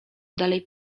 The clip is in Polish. dalej